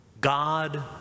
God